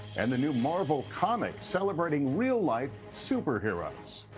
and the new marvel comic celebrating real-life superheroes.